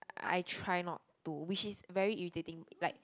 I try not to which is very irritating like